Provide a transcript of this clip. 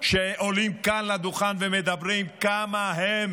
שעולים כאן לדוכן ומדברים כמה הם